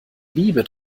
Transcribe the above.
liebe